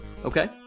Okay